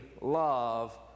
love